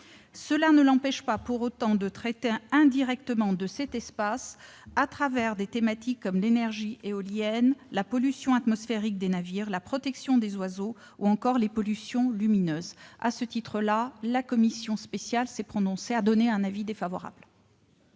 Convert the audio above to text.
Cela n'empêche pas celle-ci pour autant de traiter indirectement de cet espace à travers des thématiques comme l'énergie éolienne, la pollution atmosphérique des navires, la protection des oiseaux, ou encore les pollutions lumineuses. Pour ces raisons, la commission spéciale est défavorable